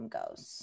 goes